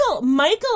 Michael